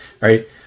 right